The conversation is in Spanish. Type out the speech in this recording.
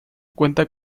cuenta